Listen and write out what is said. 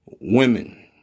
women